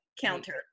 counter